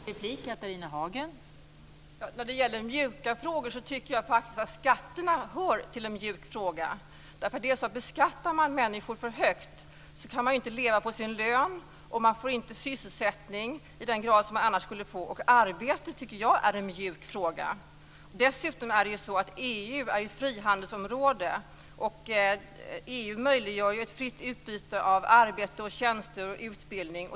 Fru talman! När det gäller mjuka frågor tycker jag faktiskt att skatterna är en mjuk fråga. Det är nämligen så att om man beskattar människor för högt kan de inte leva på sin lön, de får inte sysselsättning i den grad som de annars skulle få, och arbete tycker jag är en mjuk fråga. Dessutom är det så att EU är ett frihandelsområde. EU möjliggör ju ett fritt utbyte av arbete, tjänster och utbildning.